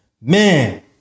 Man